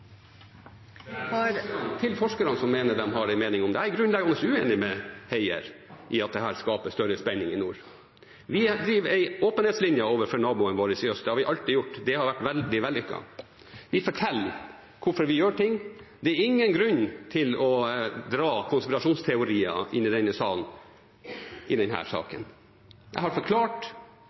Til forskerne som mener noe om dette: Jeg er grunnleggende uenig med Heier i at dette skaper større spenning i nord. Vi driver en åpenhetslinje overfor naboen vår i øst. Det har vi alltid gjort, og det har vært veldig vellykket. Vi forteller hvorfor vi gjør ting. Det er ingen grunn til å dra konspirasjonsteorier inn i denne salen i denne saken. Jeg har forklart